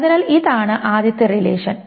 അതിനാൽ ഇതാണ് ആദ്യത്തെ റിലേഷൻ